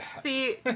See